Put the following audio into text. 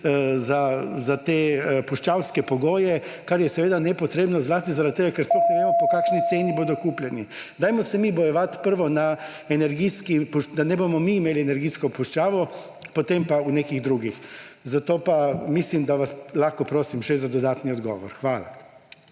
za te puščavske pogoje, kar je nepotrebno zlasti zaradi tega, ker sploh ne vemo, po kakšni ceni bodo kupljeni. Bojujmo se prvo, da ne bomo mi imeli energijsko puščavo, potem pa na nekih drugih. Zato pa mislim, da vas lahko prosim še za dodatni odgovor. Hvala.